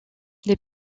les